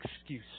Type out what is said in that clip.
excuse